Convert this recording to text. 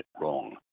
wrong